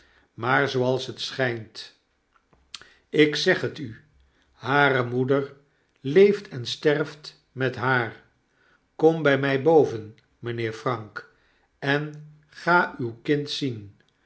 maar zooals het schynt ik zeg het u hare moeder leeft en sterft met haar kom by mij boven mynheer frank en ga uw kind zien